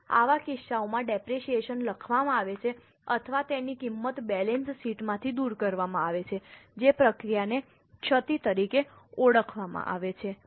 આવા કિસ્સાઓમાં ડેપરેશીયેશન લખવામાં આવે છે અથવા તેની કિંમત બેલેન્સ શીટમાંથી દૂર કરવામાં આવે છે જે પ્રક્રિયાને ક્ષતિ તરીકે ઓળખવામાં આવે છે